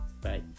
Bye